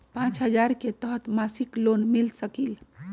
पाँच हजार के तहत मासिक लोन मिल सकील?